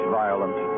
violent